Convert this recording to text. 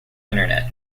internet